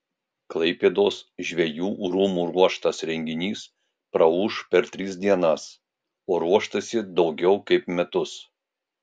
klaipėdos žvejų rūmų ruoštas renginys praūš per tris dienas o ruoštasi daugiau kaip metus